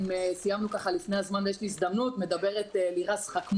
אני לירז חקמון,